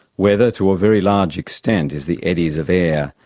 weather to a very large extent, is the eddies of air,